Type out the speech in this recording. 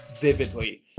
vividly